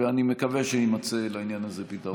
ואני מקווה שיימצא לעניין הזה פתרון.